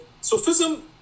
Sufism